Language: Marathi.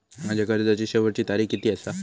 माझ्या कर्जाची शेवटची तारीख किती आसा?